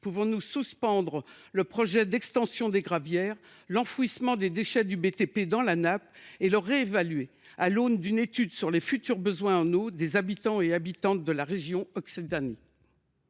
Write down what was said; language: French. pouvez vous suspendre l’extension des gravières, l’enfouissement des déchets du BTP dans la nappe et réévaluer le projet à l’aune d’une étude sur les futurs besoins en eau des habitants et des habitantes de la région Occitanie ?